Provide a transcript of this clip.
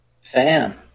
fan